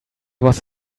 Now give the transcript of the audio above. was